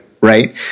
right